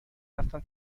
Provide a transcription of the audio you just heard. رفتم